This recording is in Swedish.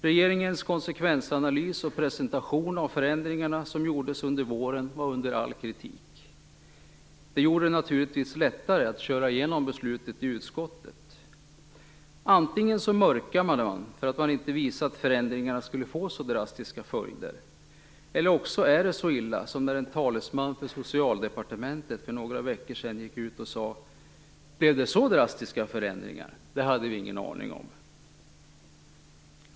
Regeringens konsekvensanalys och presentation av förändringarna som gjordes under våren var under all kritik. Det gjorde det naturligtvis lättare att köra igenom beslutet i utskottet. Antingen mörkade man för att inte visa att förändringarna skulle få drastiska följder, eller så är det så illa som när en talesman för Socialdepartementet gick ut för några veckor sedan och sade: Blev det så drastiska förändringar! Det hade vi ingen aning om!